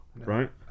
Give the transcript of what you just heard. right